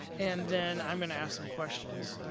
and then i'm going to ask some questions.